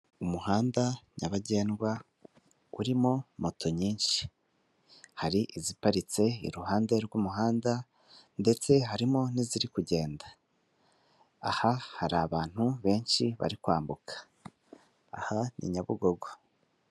Umuhanda nyabagendwa urimo moto nyinshi, hari iziparitse iruhande rw'umuhanda ndetse harimo n'iziri kugenda, aha hari abantu benshi bari kwambuka, aha ni Nyabugogo.